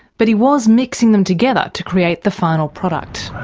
but he was mixing them together to create the final product.